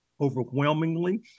overwhelmingly